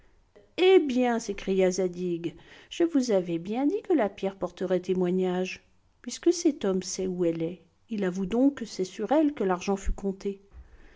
eh bien s'écria zadig je vous avais bien dit que la pierre porterait témoignage puisque cet homme sait où elle est il avoue donc que c'est sur elle que l'argent fut compté